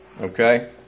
Okay